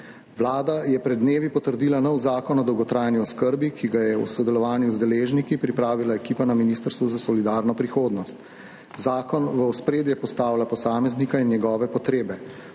Vlada je pred dnevi potrdila nov zakon o dolgotrajni oskrbi, ki ga je v sodelovanju z deležniki pripravila ekipa na Ministrstvu za solidarno prihodnost. Zakon v ospredje postavlja posameznika in njegove potrebe,